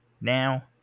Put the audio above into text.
Now